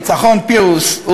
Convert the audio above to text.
ניצחון פירוס,